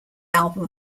album